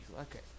Okay